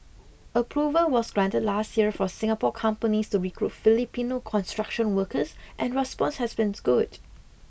approval was granted last year for Singapore companies to recruit Filipino construction workers and response has been good